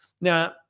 Now